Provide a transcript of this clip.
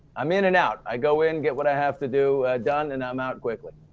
i'm in and out. i go in, get what i have to do, done and i'm out quickly.